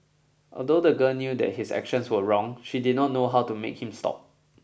although the girl knew that his actions were wrong she did not know how to make him stop